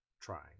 trying